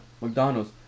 mcdonald's